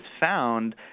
found